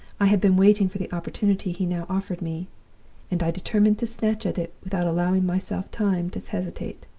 i had been waiting for the opportunity he now offered me and i determined to snatch at it without allowing myself time to hesitate.